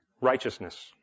righteousness